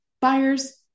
buyers